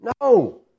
No